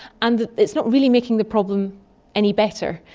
and it's not really making the problem any better.